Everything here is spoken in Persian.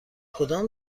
کدام